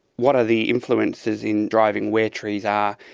what are the influences in driving where trees are,